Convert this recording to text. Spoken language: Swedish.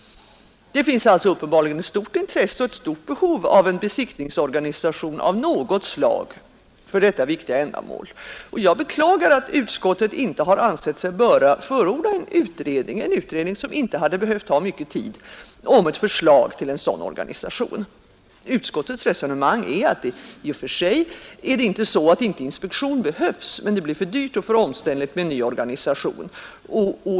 Det finns alltså uppenbarligen ett stort intresse och ett stort behov av en besiktningsorganisation av något slag för detta viktiga ändamål, och jag beklagar att utskottet inte har ansett sig böra förorda en utredning — en utredning som inte hade behövt ta mycket tid — om förslag till en sådan organisation. Utskottets resonemang är i och för sig inte att inspektion inte behövs men att det blir för dyrt och omständligt med en ny organisation.